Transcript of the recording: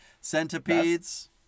centipedes